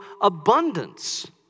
abundance